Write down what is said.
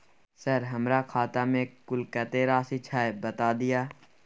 Sir हमरा खाता में कुल कत्ते राशि छै बता दिय?